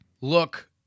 look